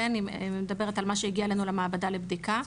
אני מדברת על מה שהגיע אלינו למעבדה לבדיקה,